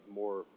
more